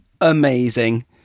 amazing